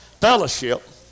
fellowship